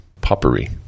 popery